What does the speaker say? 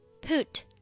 put